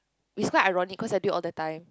it's quite ironic cause I do it all the time